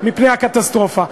מפני הקטסטרופה.